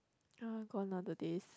ah gone are the days